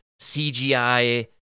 CGI